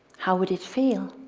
how would it feel?